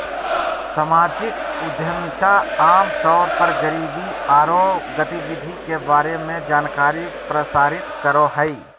सामाजिक उद्यमिता आम तौर पर गरीबी औरो गतिविधि के बारे में जानकारी प्रसारित करो हइ